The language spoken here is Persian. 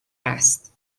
است